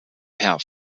per